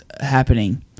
happening